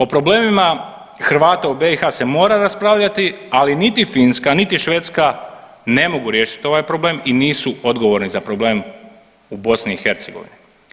O problemima Hrvata u BiH se mora raspravljati, ali niti Finska niti Švedska ne mogu riješiti ovaj problem i nisu odgovorni za problem u BiH.